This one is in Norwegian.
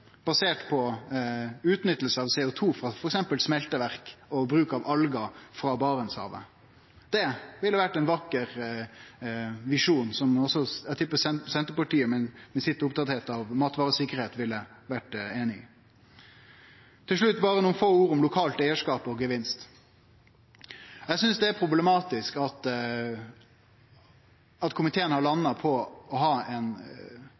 basert på utnytting av CO2 frå f.eks. smelteverk og bruk av algar frå Barentshavet? Det ville vore ein vakker visjon, som eg tippar Senterpartiet, som er så oppteke av matvaresikkerheit, ville vore einig i. Til slutt berre nokre få ord om lokalt eigarskap og gevinst. Eg synest det er problematisk at komiteen har landa på å ha